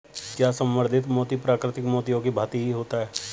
क्या संवर्धित मोती प्राकृतिक मोतियों की भांति ही होता है?